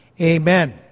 Amen